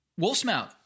Wolfsmouth